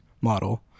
model